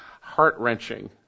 heart-wrenching